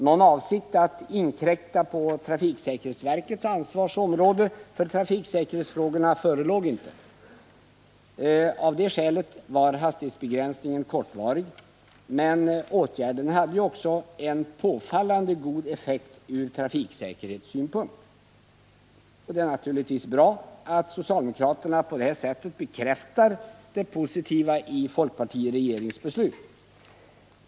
Någon avsikt att inkräkta på trafiksäkerhetsverkets ansvar för trafiksäkerhetsfrågorna förelåg inte. Av det skälet var hastighetsbegränsningen kortvarig. Men åtgärden hade också en påfallande god effekt ur trafiksäkerhetssynpunkt. Det är naturligtvis bra att socialdemokraterna på det här sättet bekräftar det positiva i folkpartiregeringens beslut.